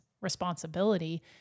responsibility